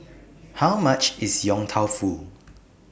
How much IS Yong Tau Foo